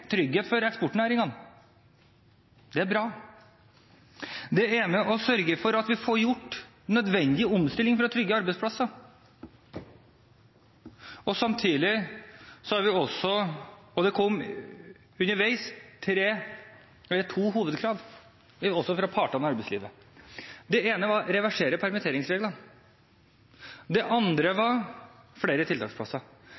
trygghet for eksportnæringene. Det er bra. Det er med på å sørge for at vi får gjort nødvendig omstilling for å trygge arbeidsplasser. Det kom to hovedkrav underveis fra partene i arbeidslivet. Det ene var å reversere permitteringsreglene. Det andre var flere tiltaksplasser.